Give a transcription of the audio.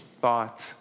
thought